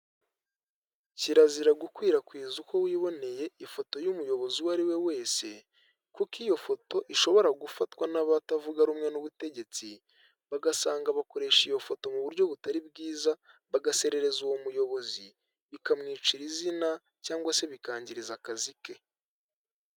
Kirazira gukwirakwiza uko wiboneye ifoto y'umuyobozi uwo ari we wese kuko iyo foto ishobora gufatwa n'abatavuga rumwe n'ubutegetsi, bagasanga bakoresha iyo foto mu buryo butari bwiza bagaserereza uwo muyobozi, bikamwicira izina cyangwa se bikangiriza akazi ke.